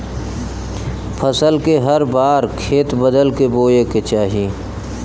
फसल के हर बार खेत बदल क बोये के चाही